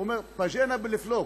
הוא אמר: באג'ינא באל-פלוכס,